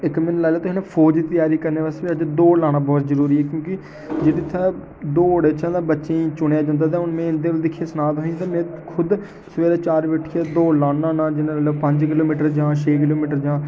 इक म्हीना लाई लेऔ तुस ना फौज दी त्यारी करने बास्तै बी दौड़ लाना बड़ा ज़रूरी ऐ क्योंकि जेह्दे था दौड़ चा बच्चें ई चुनेआ जन्दा ते हून में इं'दे बक्खी दिक्खियै सनांऽ तुसें ई ते में खुद सबैह्रे चार बजे उठियै दौड़ लान्ना होना जि'न्ने में पंज किलोमीटर जां छेऽ किलोमीटर जां